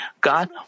God